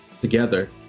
together